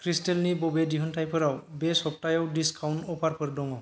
खृष्टेलनि बबे दिहुनथाइफोराव बे सबथायाव डिसकाउन्ट अफारफोर दङ